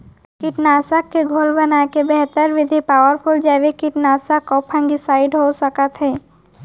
कीटनाशक के घोल बनाए के बेहतर विधि का हो सकत हे?